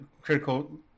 Critical